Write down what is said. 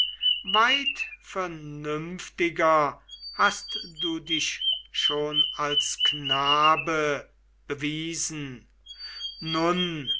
weit vernünftiger hast du dich schon als knabe bewiesen nun